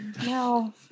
No